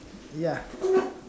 ya